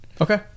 okay